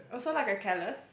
or so like a callus